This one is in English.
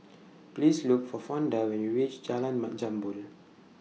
Please Look For Fonda when YOU REACH Jalan Mat Jambol